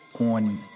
on